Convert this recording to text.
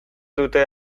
dute